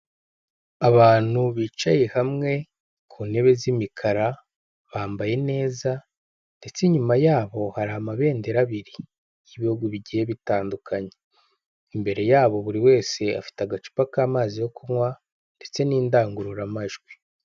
Abantu bicaye hamwe ku ntebe z'imikara, bambaye neza ndetse nyuma yabo hari amabendera abiri y'ibihugu bigiye bitandukanye. Imbere yabo buri wese afite agacupa k'amazi yo kunywa ndetse n'indangururamajwi.